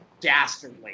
dastardly